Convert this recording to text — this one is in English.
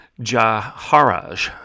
Jaharaj